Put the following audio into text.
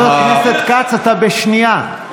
חבר הכנסת כץ, אתה בשנייה,